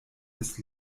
ist